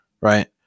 right